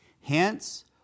Hence